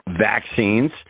vaccines